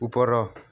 ଉପର